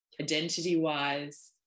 Identity-wise